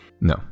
No